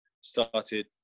started